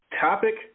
topic